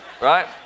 right